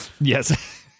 yes